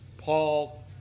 Paul